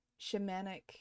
shamanic